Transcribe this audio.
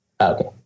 Okay